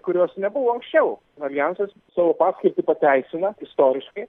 kurios nebuvo anksčiau aljansas savo paskirtį pateisina istoriškai